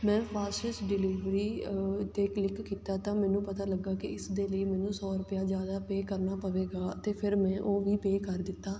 ਮੈਂ fastest delivery 'ਤੇ click ਕੀਤਾ ਤਾਂ ਮੈਨੂੰ ਪਤਾ ਲੱਗਾ ਕਿ ਇਸਦੇ ਲਈ ਮੈਨੂੰ ਸੌ ਰੁਪਇਆ ਜ਼ਿਆਦਾ ਪੇਅ ਕਰਨਾ ਪਵੇਗਾ ਅਤੇ ਫਿਰ ਮੈਂ ਉਹ ਵੀ ਪੇਅ ਕਰ ਦਿੱਤਾ